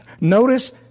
Notice